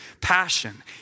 passion